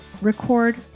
record